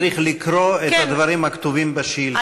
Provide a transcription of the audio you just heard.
צריך לקרוא את הדברים הכתובים בשאילתה.